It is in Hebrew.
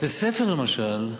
בתי-ספר, למשל,